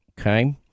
okay